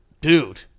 Dude